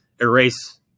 erase